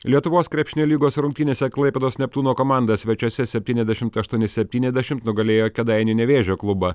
lietuvos krepšinio lygos rungtynėse klaipėdos neptūno komanda svečiuose septyniasdešimt aštuoni septyniasdešimt nugalėjo kėdainių nevėžio klubą